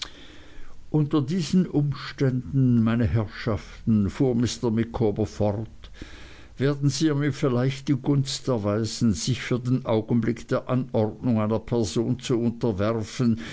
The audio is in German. unter diesen umständen meine herrschaften fuhr mr micawber fort werden sie mir vielleicht die gunst erweisen sich für den augenblick der anordnung einer person zu unterwerfen